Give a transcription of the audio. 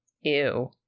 Ew